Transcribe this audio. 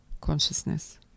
consciousness